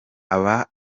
aba